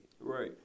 Right